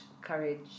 courage